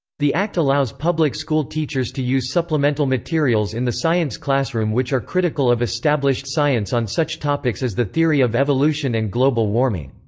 the act allows public school teachers to use supplemental materials in the science classroom which are critical of established science on such topics as the theory of evolution and global warming.